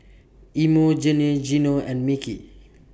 Emogene Geno and Micky